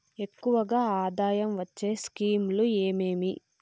ఎక్కువగా ఆదాయం వచ్చే స్కీమ్ లు ఏమేమీ?